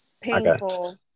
Painful